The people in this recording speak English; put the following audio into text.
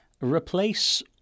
replace